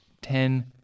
ten